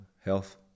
health